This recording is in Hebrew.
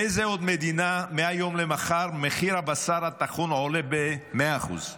באיזו עוד מדינה מהיום למחר מחיר הבשר הטחון עולה ב-100%?